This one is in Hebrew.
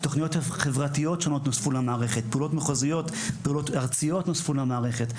תכניות חברתיות שונות נוספו למערכת; פעולות מחוזיות וארציות נוספו למערכת;